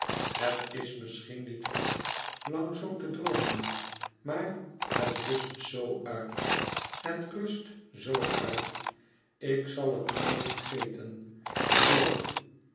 het is misschien niet goed lang zoo te droomen maar het rust zoo uit het rust zoo uit ik zal het nooit vergeten nooit